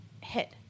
hit